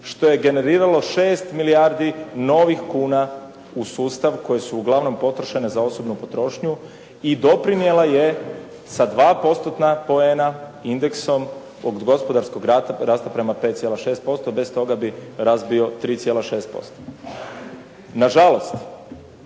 što je generiralo 6 milijardi novih kuna u sustav koje su uglavnom potrošene za osobnu potrošnju i doprinijela je sa 2 postotna poena indeksom od gospodarskog rasta prema 5,6%, bez toga bi rast bio 3,6%. Na žalost